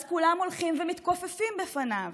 אז כולם הולכים ומתכופפים בפניו.